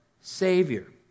Savior